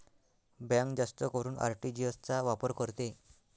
bank जास्त करून RTGS चा वापर करते